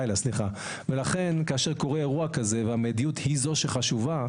ולכן כאשר אירוע כזה והמידיות היא זו שחשובה,